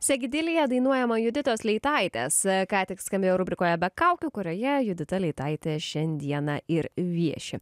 segidilija dainuojama juditos leitaitės ką tik skambėjo rubrikoje be kaukių kurioje judita leitaitė šiandieną ir vieši